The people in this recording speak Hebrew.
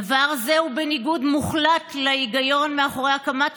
דבר זה הוא בניגוד מוחלט להיגיון שמאחורי הקמת